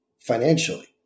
financially